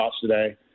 today